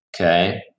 Okay